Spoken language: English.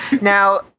Now